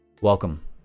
Welcome